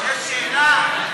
יש שאלה?